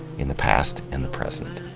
in the past and the present.